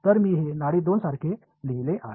तर मी हे नाडी 2 सारखे लिहिले आहे